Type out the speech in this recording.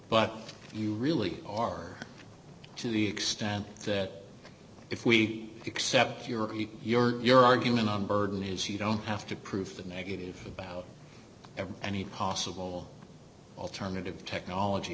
but you really are to the extent that if we accept your your your argument on burden is you don't have to prove the negative about every any possible alternative technology